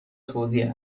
توزیع